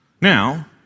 Now